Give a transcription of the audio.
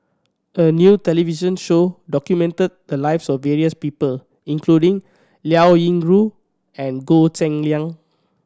a new television show documented the lives of various people including Liao Yingru and Goh Cheng Liang